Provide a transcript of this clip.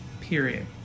Period